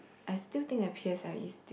I still think that p_s_l_e still